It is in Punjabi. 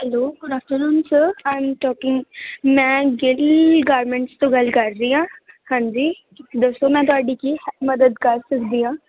hello good afternoon sir I am talking ਮੈਂ ਗਿੱਲ ਗਾਰਮੈਂਟਸ ਤੋਂ ਗੱਲ ਕਰ ਰਹੀ ਹਾਂ ਹਾਂਜੀ ਦੱਸੋ ਮੈਂ ਤੁਹਾਡੀ ਕੀ ਮਦਦ ਕਰ ਸਕਦੀ ਹਾਂ